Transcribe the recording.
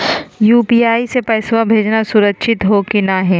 UPI स पैसवा भेजना सुरक्षित हो की नाहीं?